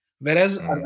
Whereas